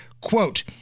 quote